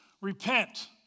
Repent